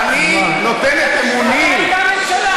האם היושב-ראש יגן עלי?